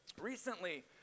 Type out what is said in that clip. recently